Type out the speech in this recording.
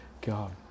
God